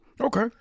Okay